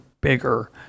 bigger